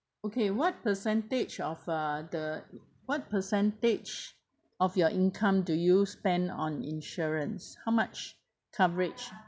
okay what percentage of uh the what percentage of your income do you spend on insurance how much coverage